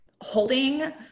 holding